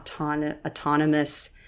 autonomous